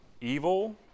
Evil